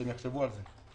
שהם יחשבו על זה.